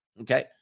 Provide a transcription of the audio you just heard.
okay